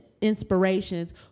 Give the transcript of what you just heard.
inspirations